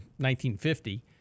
1950